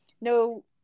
no